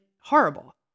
horrible